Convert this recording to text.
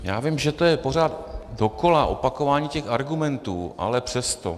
Já vím, že to je pořád dokola opakování těch argumentů, ale přesto.